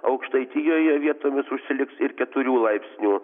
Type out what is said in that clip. aukštaitijoje vietomis užsiliks ir keturių laipsnių